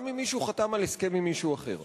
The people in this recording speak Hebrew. גם אם מישהו חתם על הסכם עם מישהו אחר.